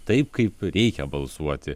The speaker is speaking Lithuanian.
taip kaip reikia balsuoti